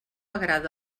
agrada